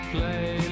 Play